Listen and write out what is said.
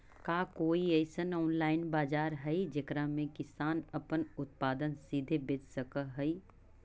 का कोई अइसन ऑनलाइन बाजार हई जेकरा में किसान अपन उत्पादन सीधे बेच सक हई?